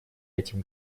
этим